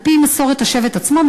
על-פי מסורת השבט עצמו,